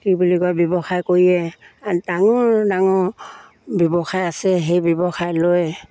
কি বুলি কয় ব্যৱসায় কৰিয়ে ডাঙৰ ডাঙৰ ব্যৱসায় আছে সেই ব্যৱসায় লৈ